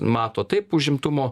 mato taip užimtumo